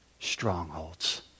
strongholds